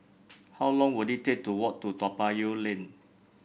how long will it take to walk to Toa Payoh Lane